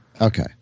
Okay